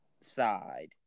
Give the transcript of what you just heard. side